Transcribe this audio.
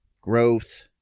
growth